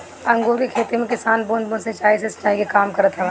अंगूर के खेती में किसान बूंद बूंद सिंचाई से सिंचाई के काम करत हवन